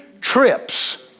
trips